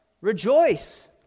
rejoice